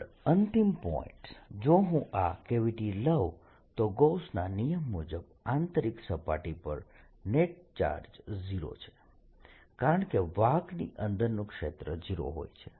આગળ અંતિમ પોઇન્ટ જો હું આ કેવિટી લઉ તો ગૌસના નિયમ મુજબ આંતરિક સપાટી પર નેટ ચાર્જ 0 છે કારણ કે વાહકની અંદરનું ક્ષેત્ર 0 હોય છે